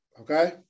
Okay